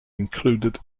included